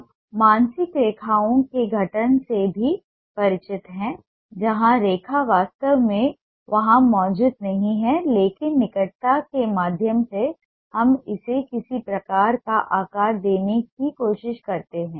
हम मानसिक रेखाओं के गठन से भी परिचित हैं जहां रेखा वास्तव में वहां मौजूद नहीं है लेकिन निकटता के माध्यम से हम इसे किसी प्रकार का आकार देने की कोशिश करते हैं